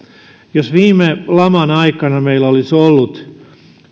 jos viime laman aikana meillä olisi ollut